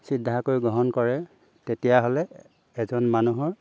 চিধাকৈ গ্ৰহণ কৰে তেতিয়াহ'লে এজন মানুহৰ